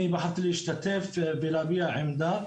אני בחרתי להשתתף ולהביע עמדה,